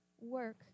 work